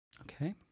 Okay